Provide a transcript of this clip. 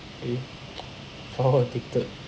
eh flour addicted